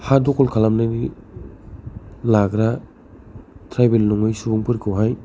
हा दखल खालामनाय लाग्रा ट्राइबेल नङै सुबुंफोरखौहाय